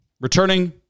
returning